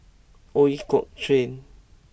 Ooi Kok Chuen